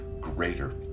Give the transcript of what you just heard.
greater